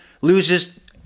loses